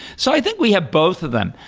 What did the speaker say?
so i think we have both of them.